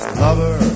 lover